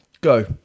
Go